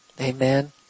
Amen